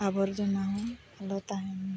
ᱟᱵᱚᱨᱡᱚᱱᱟ ᱦᱚᱸ ᱟᱞᱚ ᱛᱟᱦᱮᱱᱢᱟ